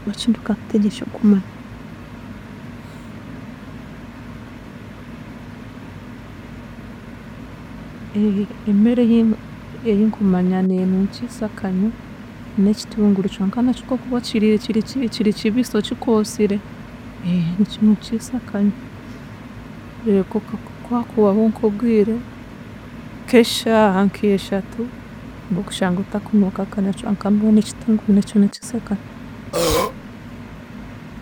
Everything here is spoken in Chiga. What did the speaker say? Ekindi kahatiine ekinkumanya, emere ei- einkumanya ninuukiisa akanywa n'ekitunguru kyonka konka nakyo kokuba okiriire kiri ki- kiri kibisi okikoosire, nikinuukiisa akanywa konka kuhakuhwaho nk'obwire nk'eshaaha nk'ishatu nk'okushanga otakunuuka akanywa kyonka mbwenu ekitunguru nikinuukiisa akanywa.